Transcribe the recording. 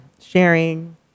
sharing